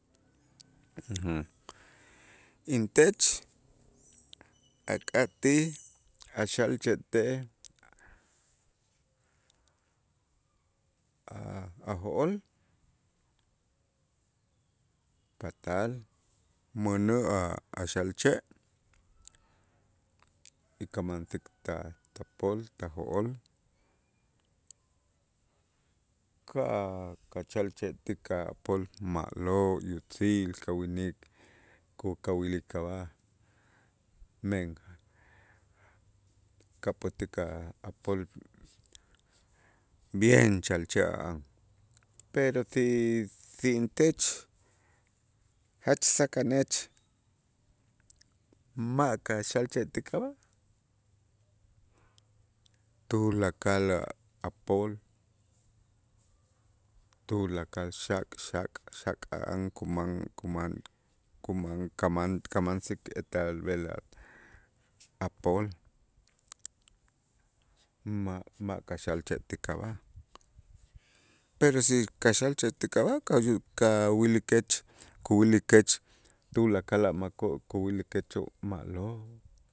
Intech ak'atij a' xalche'tej a' jo'ol patal mänä' a'-a' xalche' y kamansik ta' topol ta' jo'ol ka' kachalche' ti kapol ma'lo' yutzil ka' winik kukawilik ab'aj men kapät'ik a'-a' pol bien chalche' a' pero si si intech jach sakanech, ma' kaxalche' ti k'ab'a' tulakal a'-a' pol tulakal xak xak xak ka'an kuman kuman kuman kaman kamansik etel b'el a' pol ma' ma' kaxalche' ti k'ab'a', pero si kaxalche' ti k'ab'a' ka- kawilikech kuwilikech tulakal a' makoo' kuwilikechoo' ma'lo'.